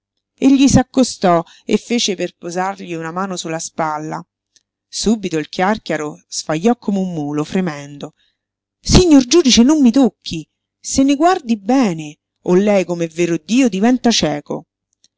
gli s'accostò e fece per posargli una mano su la spalla subito il chiàrchiaro sfagliò come un mulo fremendo signor giudice non mi tocchi se ne guardi bene o lei com'è vero dio diventa cieco